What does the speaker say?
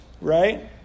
right